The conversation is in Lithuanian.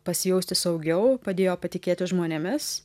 pasijausti saugiau padėjo patikėti žmonėmis